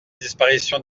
disparition